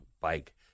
Bike